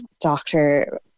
doctor